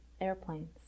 Airplanes